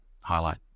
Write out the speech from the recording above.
highlight